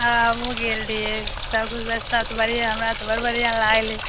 हमहुँ गेल रहियै सभ व्यवस्था तऽ बढ़िऑं हमरा तऽ बड़ बढ़िऑं लागलै